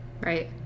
Right